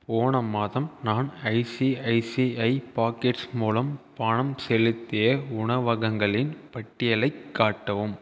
போன மாதம் நான் ஐசிஐசிஐ பாக்கெட்ஸ் மூலம் பணம் செலுத்திய உணவகங்களின் பட்டியலைக் காட்டவும்